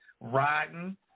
riding